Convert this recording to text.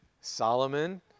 Solomon